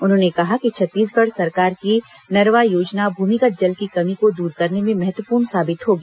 उन्होंने कहा कि छत्तीसगढ़ सरकार की नरवा योजना भ्रमिगत जल की कमी को दूर करने में महत्वपूर्ण साबित होगी